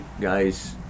guys